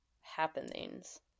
happenings